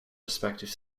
respective